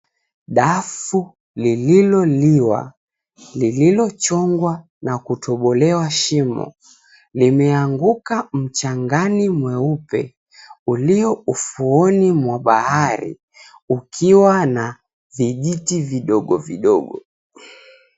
Dafu liloliwa, lililochongwa na kutobolewa shimo, limeanguka mchangani mweupe ulio ufuoni mwa bahari ukiwa na vijiti vidogo vidogo.